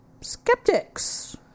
skeptics